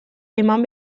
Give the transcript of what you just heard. eman